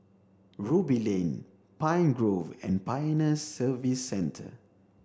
Ruby Lane Pine Grove and Pioneer Service Centre